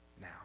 now